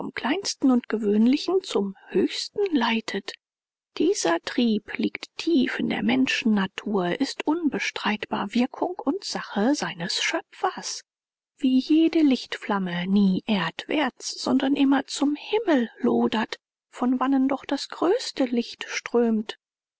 kleinsten und gewöhnlichen zum höchsten leitet dieser trieb liegt tief in der menschennatur ist unbestreitbar wirkung und sache seines schöpfers wie jede lichtflamme nie erdwärts sondern immer zum himmel lodert von wannen doch das größte licht strömt